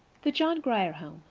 the john grier home,